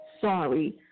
Sorry